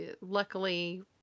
Luckily